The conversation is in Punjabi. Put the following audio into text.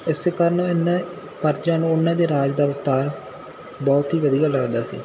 ਇਸ ਕਾਰਨ ਇਹਨਾਂ ਪਰਜਾ ਨੂੰ ਉਹਨਾਂ ਦੇ ਰਾਜ ਦਾ ਵਿਸਥਾਰ ਬਹੁਤ ਹੀ ਵਧੀਆ ਲਗਦਾ ਸੀ